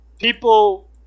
people